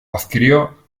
adquirió